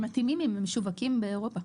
הם מתאימים אם הם משווקים באירופה.